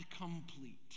complete